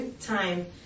time